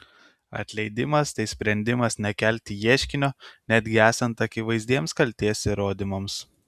atleidimas tai sprendimas nekelti ieškinio netgi esant akivaizdiems kaltės įrodymams